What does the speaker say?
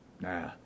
Nah